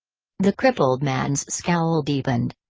the crippled man's scowl deepened.